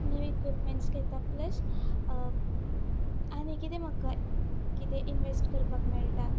नीव equipments घेता plus आनी किदें म्हाका कितें इनवेस्ट करपाक मेळटा